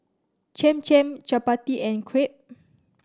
Cham Cham Chapati and Crepe